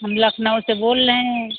हम लखनऊ से बोल रहे हैं